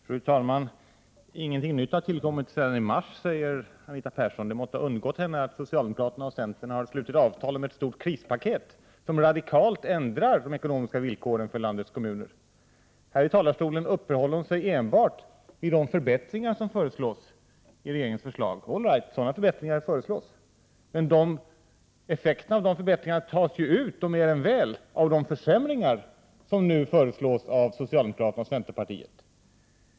Fru talman! Ingenting nytt har tillkommit sedan i mars, säger Anita Persson. Det måste ha undgått henne att socialdemokraterna och centern har slutit avtal om ett stort krispaket som radikalt ändrar de ekonomiska villkoren för landets kommuner. Här i talarstolen uppehåller sig Anita Persson enbart vid de förbättringar som föreslås i regeringens förslag. All right, sådana förbättringar föreslås, men effekterna av dessa förbättringar förtas mer än väl av de försämringar som nu föreslås av socialdemokraterna och centerpartiet.